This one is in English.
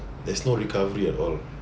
there's no recovery at all